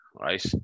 right